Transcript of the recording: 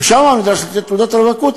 ושם הוא נדרש לתת תעודת רווקות,